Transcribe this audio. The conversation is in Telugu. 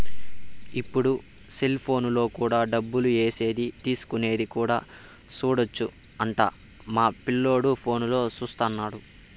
ఇప్పుడు సెలిపోనులో కూడా డబ్బులు ఏసేది తీసుకునేది కూడా సూడొచ్చు అంట మా పిల్లోడు ఫోనులో చూత్తన్నాడు